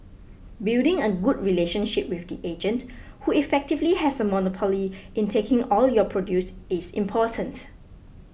building a good relationship with the agent who effectively has a monopoly in taking all your produce is important